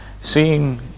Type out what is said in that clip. seeing